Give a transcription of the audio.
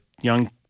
young